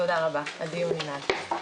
תודה רבה, הדיון ננעל.